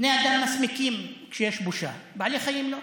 בני אדם מסמיקים כשיש בושה, בעלי חיים לא.